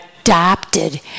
adopted